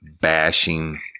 bashing